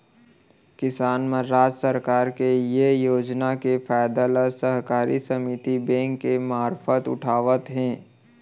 किसान मन राज सरकार के ये योजना के फायदा ल सहकारी समिति बेंक के मारफत उठावत हें